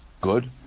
Good